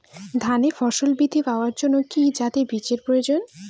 ধানে ফলন বৃদ্ধি পাওয়ার জন্য কি জাতীয় বীজের প্রয়োজন?